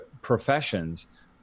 professions